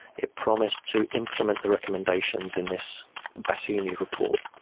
it promised to implement the recommendations in this bassiouni report.